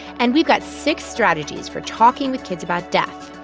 and we've got six strategies for talking with kids about death,